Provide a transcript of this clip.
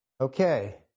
okay